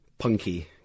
punky